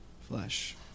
flesh